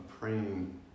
praying